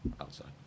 outside